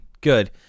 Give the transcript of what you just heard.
good